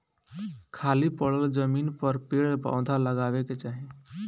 खाली पड़ल जमीन पर पेड़ पौधा लगावे के चाही